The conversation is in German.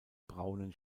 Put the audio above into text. braunen